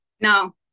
no